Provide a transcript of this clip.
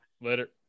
Later